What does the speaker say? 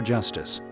Justice